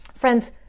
Friends